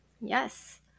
Yes